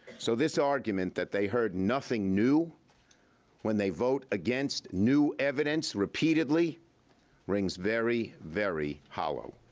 so this argument that they heard nothing new when they vote against new evidence repeatedly rings very very hollow.